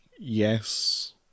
Yes